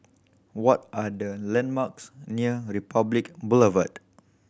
what are the landmarks near Republic Boulevard